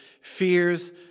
fears